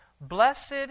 Blessed